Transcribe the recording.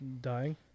dying